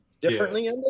differently